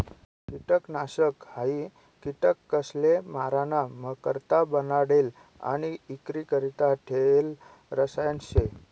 किटकनाशक हायी किटकसले माराणा करता बनाडेल आणि इक्रीकरता ठेयेल रसायन शे